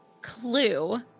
clue